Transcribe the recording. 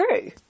true